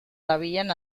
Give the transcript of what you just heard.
dabilen